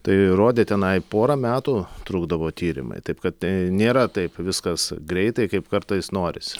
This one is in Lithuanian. tai rodė tenai porą metų trukdavo tyrimai taip kad nėra taip viskas greitai kaip kartais norisi